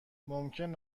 ممکن